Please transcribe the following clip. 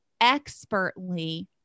expertly